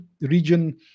region